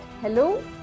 hello